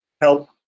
help